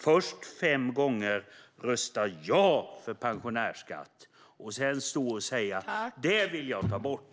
Först röstade du ja fem gånger för pensionärsskatt. Sedan säger du att du vill ta bort den.